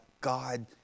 God